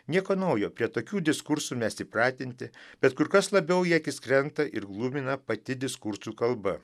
nieko naujo prie tokių diskursų mes įpratinti bet kur kas labiau į akis krenta ir glumina pati diskursų kalba